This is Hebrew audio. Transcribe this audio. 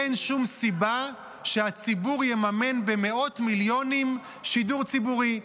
אין שום סיבה שהציבור יממן במאות מיליונים שידור ציבורי,